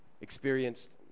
experienced